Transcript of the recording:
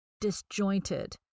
disjointed